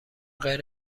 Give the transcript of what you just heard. غیر